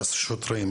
לשוטרים,